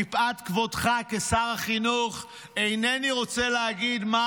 מפאת כבודך כשר החינוך אינני רוצה להגיד מה